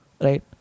right